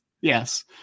Yes